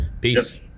Peace